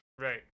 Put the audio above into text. Right